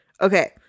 Okay